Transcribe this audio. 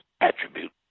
attribute